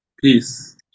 Peace